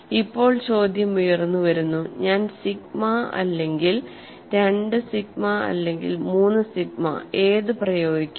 ഇപ്പോൾ ചോദ്യം ഉയർന്നുവരുന്നു ഞാൻ സിഗ്മ അല്ലെങ്കിൽ രണ്ട് സിഗ്മ അല്ലെങ്കിൽ മൂന്ന് സിഗ്മ ഏതു പ്രയോഗിക്കണം